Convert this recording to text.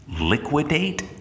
liquidate